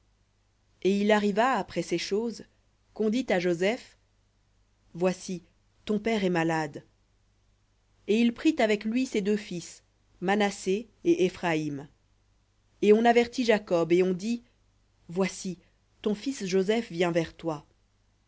et il arriva après ces choses qu'on dit à joseph voici ton père est malade et il prit avec lui ses deux fils manassé et éphraïm et on avertit jacob et on dit voici ton fils joseph vient vers toi